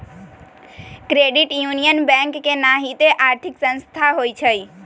credit union bank के नाहिते आर्थिक संस्था होइ छइ